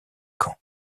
camps